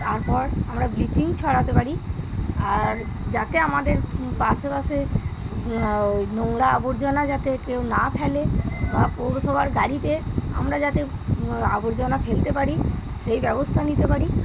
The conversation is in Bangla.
তারপর আমরা ব্লিচিং ছড়াতে পারি আর যাতে আমাদের আশেপাশে নোংরা আবর্জনা যাতে কেউ না ফেলে বা পৌরসভার গাড়িতে আমরা যাতে আবর্জনা ফেলতে পারি সেই ব্যবস্থা নিতে পারি